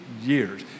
years